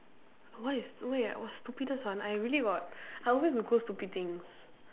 what is wait oh stupidest one I really got I always Google stupid things